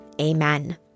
Amen